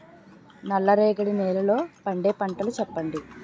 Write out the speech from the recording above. నల్ల రేగడి నెలలో పండే పంటలు చెప్పండి?